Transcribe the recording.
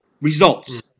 Results